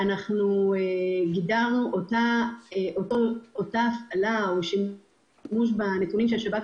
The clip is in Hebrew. אנחנו גידרנו את השימוש בנתונים שהשב"כ